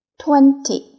twenty